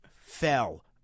fell